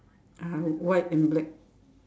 (uh huh) white and black